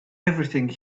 everything